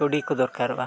ᱠᱟᱹᱣᱰᱤᱠᱚ ᱫᱚᱨᱠᱟᱨᱚᱜᱼᱟ